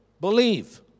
Believe